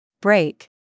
Break